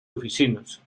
oficinas